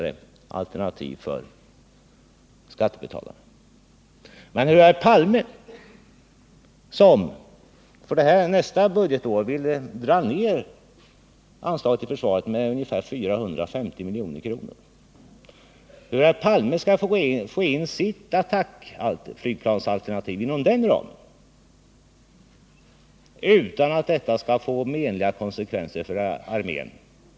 Det vore intressant att få ett besked om hur herr Palme, som för nästa budgetår vill dra ned anslaget till försvaret med ca 450 milj.kr., skall få in sitt attackflygplansalternativ inom den ramen utan att det får menliga konsekvenser för armén.